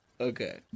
Okay